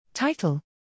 Title